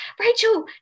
Rachel